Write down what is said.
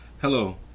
Hello